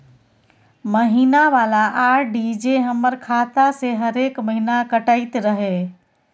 महीना वाला आर.डी जे हमर खाता से हरेक महीना कटैत रहे?